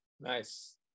Nice